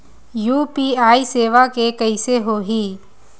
UPI सेवा के कइसे होही?